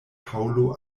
paŭlo